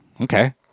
okay